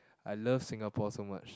I love Singapore so much